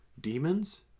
demons